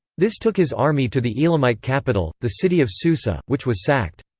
this took his army to the elamite capital, the city of susa, which was sacked.